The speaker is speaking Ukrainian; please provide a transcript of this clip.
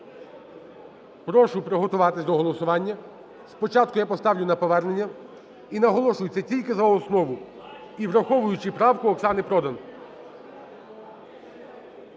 прошу приготуватися до голосування, спочатку я поставлю на повернення. І наголошую, це тільки за основу і враховуючи правку Оксани Продан.